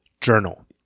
journal